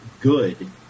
good